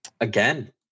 Again